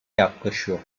yaklaşıyor